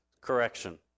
Correction